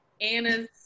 Anna's